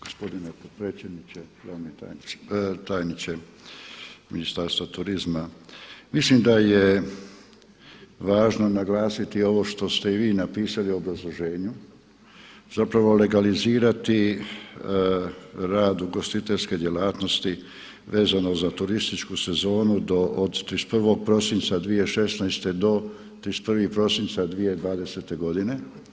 Gospodine potpredsjedniče, glavni tajniče Ministarstva turizma mislim da je važno naglasiti ovo što ste i vi napisali u obrazloženju, zapravo legalizirati rad ugostiteljske djelatnosti vezano za turističku sezonu od 31. prosinca 2016. do 31. prosinca 2020. godine.